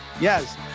yes